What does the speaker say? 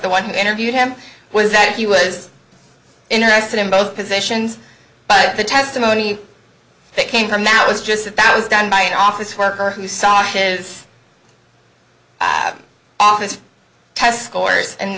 the one who interviewed him was that he was interested in both positions but the testimony that came from that was just that that was done by an office worker who socket on his test scores and